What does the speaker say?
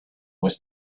was